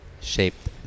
shaped